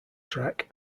track